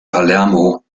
palermo